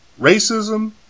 Racism